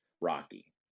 Rocky